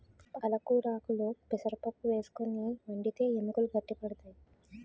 పాలకొరాకుల్లో పెసరపప్పు వేసుకుని వండితే ఎముకలు గట్టి పడతాయి